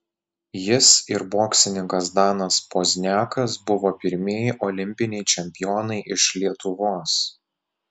jis ir boksininkas danas pozniakas buvo pirmieji olimpiniai čempionai iš lietuvos